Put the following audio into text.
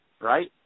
right